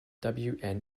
wna